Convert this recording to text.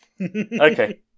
Okay